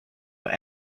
but